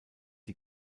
die